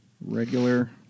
regular